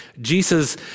Jesus